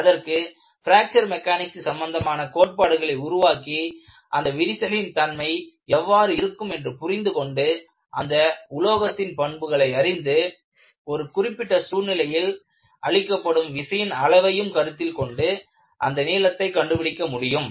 அதற்கு fracture mechanics சம்பந்தமான கோட்பாடுகளை உருவாக்கி அந்த விரிசலின் தன்மை எவ்வாறு இருக்கும் என்று புரிந்து கொண்டு அந்த உலோகத்தின் பண்புகளை அறிந்துஒரு குறிப்பிட்ட சூழ்நிலையில் அளிக்கப்படும் விசையின் அளவையும் கருத்தில் கொண்டு அந்த நீளத்தை கண்டுபிடிக்க முடியும்